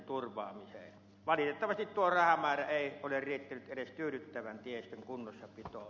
valitettavasti tuo rahamäärä ei ole riittänyt edes tyydyttävän tiestön kunnossapitoon